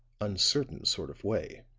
uncertain sort of way.